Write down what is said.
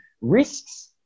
risks